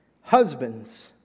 husbands